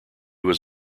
was